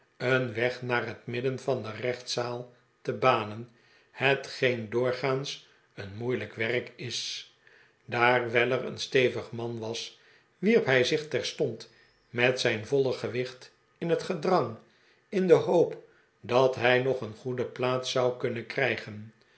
een weg naar het midden van de rechtszaal te banen hetgeen doorgaans een moeilijk werk is daar weller een stevig man was wierp hij zich terstond met zijn voile gewicht in het gedrang in de hoop dat hij nog een goede plaats zou kunnen krijgen